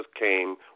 came